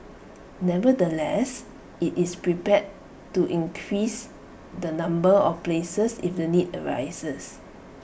nevertheless IT is prepared to increase the number of places if the need arises